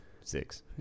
six